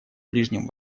ближнем